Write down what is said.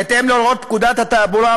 בהתאם להוראות פקודת התעבורה,